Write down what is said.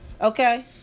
okay